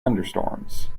thunderstorms